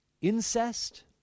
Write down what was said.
incest